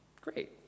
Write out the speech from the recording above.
great